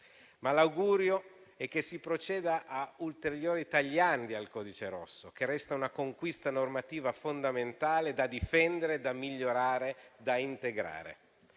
L'augurio è che si proceda a ulteriori tagliandi al codice rosso, che resta una conquista normativa fondamentale da difendere, migliorare e integrare.